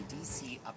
DC